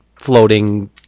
floating